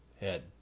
head